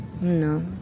No